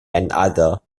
another